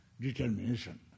determination